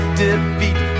defeat